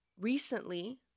recently